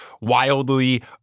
wildly